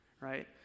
right